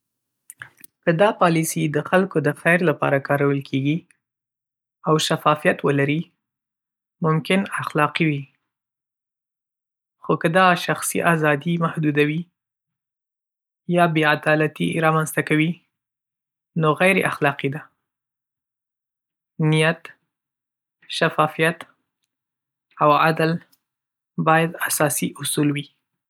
که دا پالیسۍ د خلکو د خیر لپاره کارول کېږي او شفافیت ولري، ممکن اخلاقي وي. خو که دا شخصي آزادي محدودوي یا بې‌عدالتي رامنځته کوي، نو غیراخلاقي ده. نیت، شفافیت، او عدل باید اساسي اصول وي.